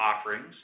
offerings